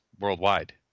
worldwide